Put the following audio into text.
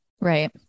Right